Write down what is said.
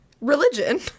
religion